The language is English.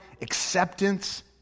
acceptance